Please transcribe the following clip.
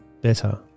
Better